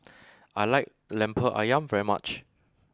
I like Lemper Ayam very much